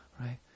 right